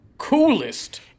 Coolest